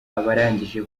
abarangije